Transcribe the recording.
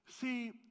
See